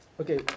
Okay